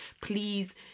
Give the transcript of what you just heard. please